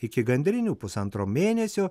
iki gandrinių pusantro mėnesio